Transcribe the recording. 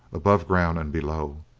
above ground and below.